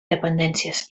dependències